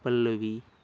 Pallavi